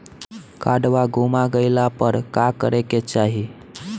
काडवा गुमा गइला पर का करेके चाहीं?